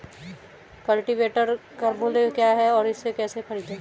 Cultivator का मूल्य क्या है और इसे कैसे खरीदें?